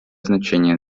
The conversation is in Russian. значение